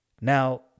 Now